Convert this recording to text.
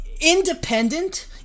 independent